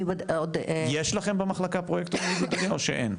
יש לכם במחלקה פרויקטורים, או שאין?